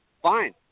Fine